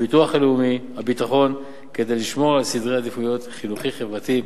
הביטוח הלאומי והביטחון כדי לשמור על סדר העדיפויות החינוכי-חברתי.